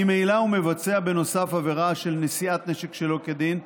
ממילא הוא מבצע בנוסף עבירה של נשיאת נשק שלא כדין,